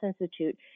Institute